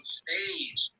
stage